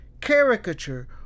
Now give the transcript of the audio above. caricature